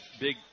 big